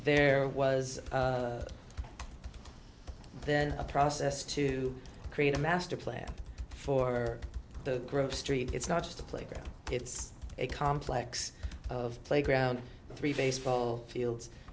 there was then a process to create a master plan for the grove street it's not just a playground it's a complex of playground three baseball fields